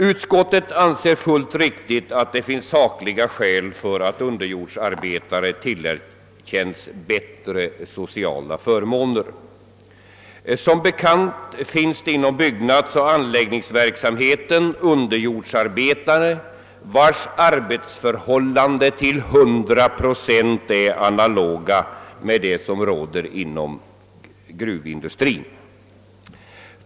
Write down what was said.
Utskottet anser, fullt riktigt, att det finns sakliga skäl för att underjordsarbetare tillerkänns bättre sociala förmåner. Som bekant finns inom byggnadsoch anläggningsverksamheten underjordsarbetare, vilkas arbetsförhållanden till hundra procent är analoga med dem som råder inom gruvindustrin.